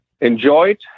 enjoyed